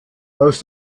aus